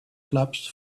clubs